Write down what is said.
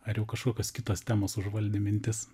ar jau kažkokios kitos temos užvaldė mintis